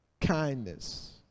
kindness